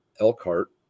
Elkhart